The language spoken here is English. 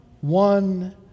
one